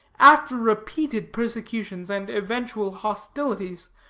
after repeated persecutions and eventual hostilities,